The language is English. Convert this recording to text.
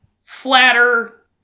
flatter